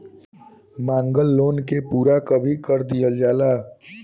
मांगल लोन के पूरा कभी कर दीहल जाला